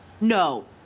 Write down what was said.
No